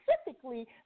specifically